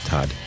Todd